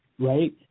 Right